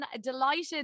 delighted